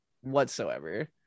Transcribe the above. Whatsoever